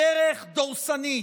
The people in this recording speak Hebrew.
בדרך דורסנית,